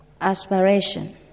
aspiration